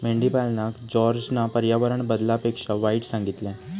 मेंढीपालनका जॉर्जना पर्यावरण बदलापेक्षा वाईट सांगितल्यान